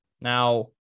Now